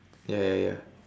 ya ya ya